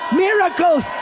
miracles